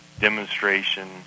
demonstration